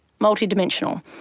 multidimensional